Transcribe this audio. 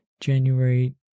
January